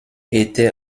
était